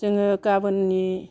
जोङो गाबोननि